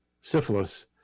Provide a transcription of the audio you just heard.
syphilis